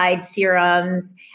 serums